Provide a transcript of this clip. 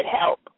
help